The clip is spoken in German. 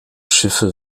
schiffe